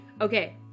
Okay